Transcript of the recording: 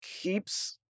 keeps